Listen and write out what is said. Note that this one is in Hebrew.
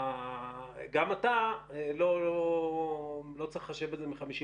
גם אתה לא צריך לחשב את זה מ-54'